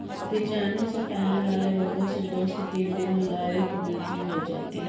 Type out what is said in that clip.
बीजाणु से फैलने वाले रोगों से दो से तीन दिन में गायों की मृत्यु हो जाती है